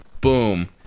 boom